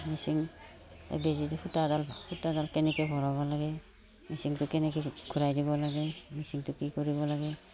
machine বেজীটোত সূতাডাল সূতাডাল কেনেকৈ ভৰাব লাগে মেচিনটো কেনেকৈ ঘূৰাই দিব লাগে মেচিনটো কি কৰিব লাগে